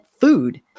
food